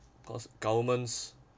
because governments